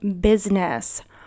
business